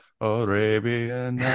Arabian